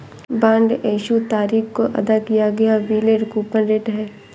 bond issue तारीख को अदा किया गया यील्ड कूपन रेट है